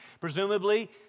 presumably